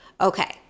okay